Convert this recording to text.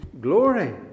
glory